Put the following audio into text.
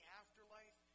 afterlife